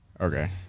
Okay